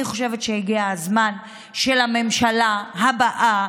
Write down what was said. אני חושבת שהגיע הזמן שלממשלה הבאה,